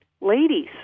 Ladies